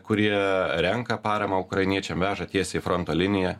kurie renka paramą ukrainiečiam veža tiesiai į fronto liniją